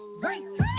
Race